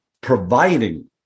providing